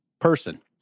person